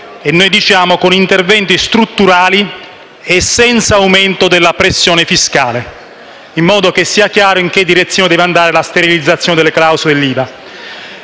e noi diciamo con interventi strutturali e senza aumento della pressione fiscale, in modo che sia chiaro in che direzione deve andare la sterilizzazione delle clausole dell'IVA.